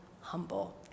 humble